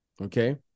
Okay